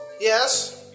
Yes